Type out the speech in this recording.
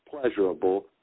pleasurable